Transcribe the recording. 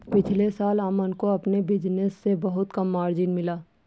पिछले साल अमन को अपने बिज़नेस से बहुत कम मार्जिन मिला